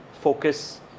focus